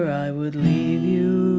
i would leave you.